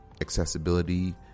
accessibility